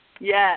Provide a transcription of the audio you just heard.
Yes